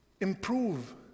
improve